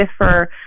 differ